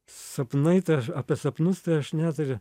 sapnai apie sapnus tai aš neturiu